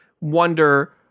wonder